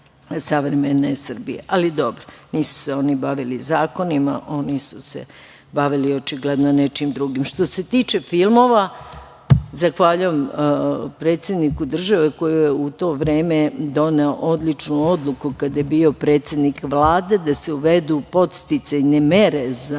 Ali, dobro, nisu se oni bavili zakonima, oni su se bavili očigledno nečim drugim. Što se tiče filmova, zahvaljujem predsedniku države koji je u to vreme doneo odličnu odluku kada je bio predsednik Vlade da se uvedu podsticajne mere za